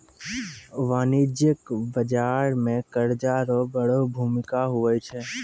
वाणिज्यिक बाजार मे कर्जा रो बड़ो भूमिका हुवै छै